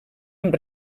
amb